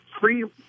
free